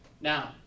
Now